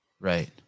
Right